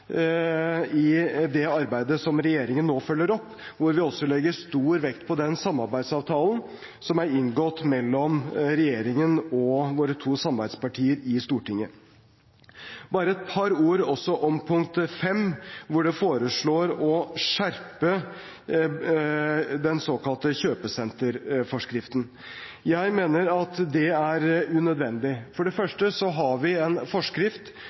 i det arbeidet som regjeringen nå følger opp, og hvor vi også legger stor vekt på den samarbeidsavtalen som er inngått mellom regjeringen og våre to samarbeidspartier i Stortinget. Bare et par ord også om forslag nr. 5, hvor en foreslår å skjerpe den såkalte kjøpesenterforskriften. Jeg mener at det er unødvendig. For det første har vi en forskrift